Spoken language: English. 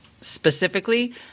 specifically